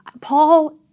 Paul